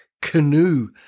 canoe